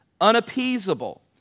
unappeasable